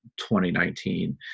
2019